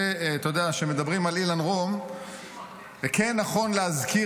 כשמדברים על אילן רום כן נכון להזכיר